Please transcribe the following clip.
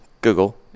Google